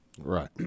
Right